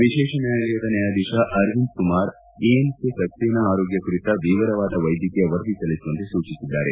ವಿಶೇಷ ನ್ನಾಯಾಲಯದ ನ್ನಾಯಾಧೀಶ ಅರವಿಂದ್ ಕುಮಾರ್ ಏಮ್ಗೆ ಸಕ್ಷೇನಾ ಆರೋಗ್ಲ ಕುರಿತ ವಿವರವಾದ ವೈದ್ಯಕೀಯ ವರದಿ ಸಲ್ಲಿಸುವಂತೆ ಸೂಚಿಸಿದ್ದಾರೆ